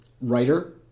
writer